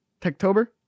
techtober